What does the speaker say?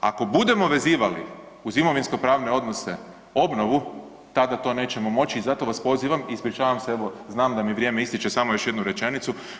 Ako budemo vezivali uz imovinsko pravne odnose obnovu tada to nećemo moći i zato vas pozivam i ispričavam se evo znam da mi vrijeme ističe, samo još jednu rečenicu.